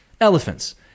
Elephants